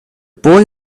boy